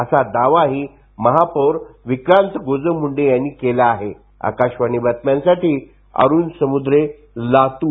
असा दावाही महापौर विक्रांत गोजमगुंडे यांनी केला आहे आकाशवाणी बातम्यांसाठी अरूण समुद्रे लातूर